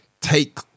take